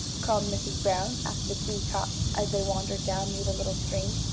called mrs. brown after the two tots, as they wandered down near the little stream.